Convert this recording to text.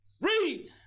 Read